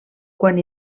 quan